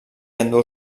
endur